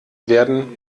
werden